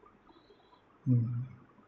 mm